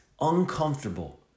uncomfortable